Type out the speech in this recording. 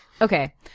Okay